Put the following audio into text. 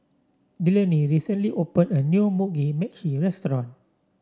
Delaney recently opened a new Mugi Meshi Restaurant